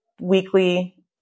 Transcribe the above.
weekly